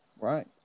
right